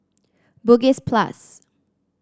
Bugis Plus